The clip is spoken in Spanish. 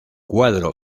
cuadro